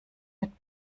mit